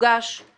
יוגש בהתאם.